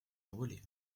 envolé